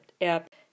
app